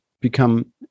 become